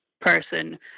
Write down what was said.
person